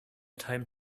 time